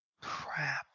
Crap